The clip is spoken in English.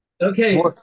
Okay